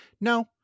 No